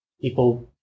people